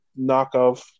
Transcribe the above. knockoff